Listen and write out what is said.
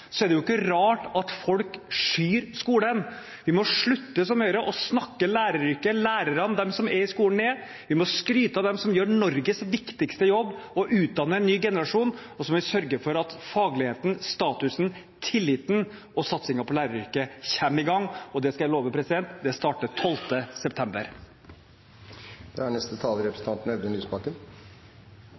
er det ikke rart at folk skyr skolen. Vi må slutte å snakke som Høyre – slutte å snakke læreryrket, lærerne, de som er i skolen, ned. Vi må skryte av dem som gjør Norges viktigste jobb: å utdanne en ny generasjon. Så må vi sørge for at fagligheten, statusen og tilliten til og satsingen på læreryrket kommer i gang. Det skal jeg love: Det starter 12. september. Det er